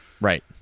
Right